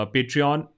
Patreon